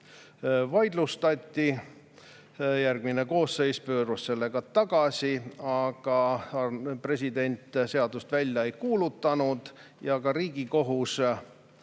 vaidlustati, järgmine koosseis pööras selle tagasi, aga president seadust välja ei kuulutanud ja ka Riigikohus